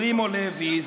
פרימו לוי,